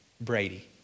Brady